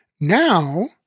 Now